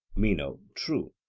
meno true.